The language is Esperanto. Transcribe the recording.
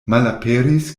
malaperis